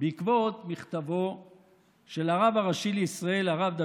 משפט אחרון.